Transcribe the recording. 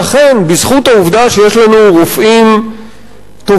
שאכן בזכות העובדה שיש לנו רופאים טובים,